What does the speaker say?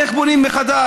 איך בונים מחדש.